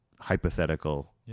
hypothetical